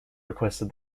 requested